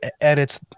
edits